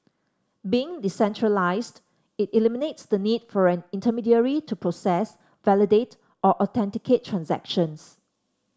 being decentralised it eliminates the need for an intermediary to process validate or authenticate transactions